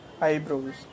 eyebrows